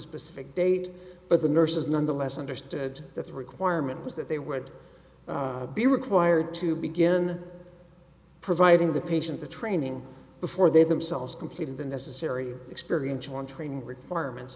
specific date but the nurses nonetheless understood that the requirement was that they would be required to begin providing the patient the training before they themselves completed the necessary experience on training requirements